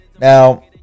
Now